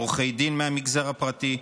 עורכי דין מהמגזר הפרטי,